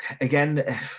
again